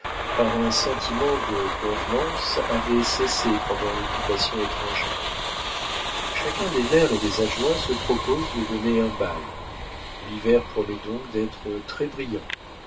par un sentiment de convenance avait cessé pendant l'occupation étrangère chacun des maires et des adjoints se propose de donner un bal l'hiver promet donc d'être très brillant